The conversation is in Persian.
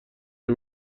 های